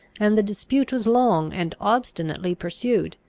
and the dispute was long and obstinately pursued.